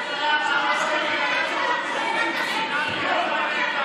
בסוף אנשים אחים כולנו.